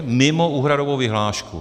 Mimo úhradovou vyhlášku.